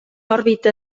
òrbita